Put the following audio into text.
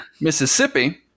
Mississippi